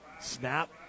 snap